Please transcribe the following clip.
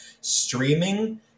streaming